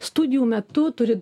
studijų metu turi